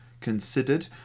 considered